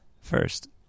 First